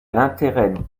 l’intérêt